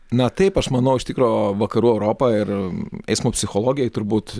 na taip aš manau iš tikro vakarų europa ir eismo psichologijai turbūt